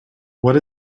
what